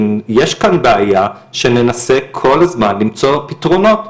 אם יש כאן בעיה, שננסה כל הזמן למצוא תרומות.